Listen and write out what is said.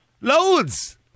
Loads